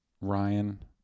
Ryan